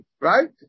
right